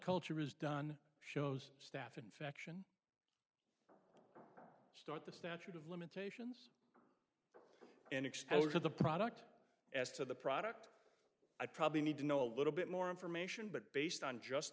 culture is done shows staph infection start the statute of limitations and extent of the product as to the product i probably need to know a little bit more information but based on just